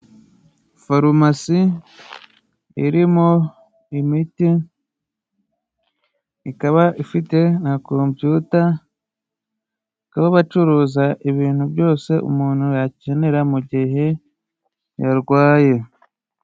Farumasi irimo imiti, ikaba ifite na kompiyuta, bakaba bacuruza ibintu byose yakenera mu gihe yarwaye.